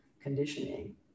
conditioning